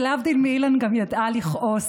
שלהבדיל מאילן גם ידעה לכעוס